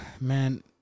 man